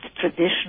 traditional